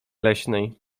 leśnej